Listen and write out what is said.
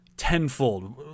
Tenfold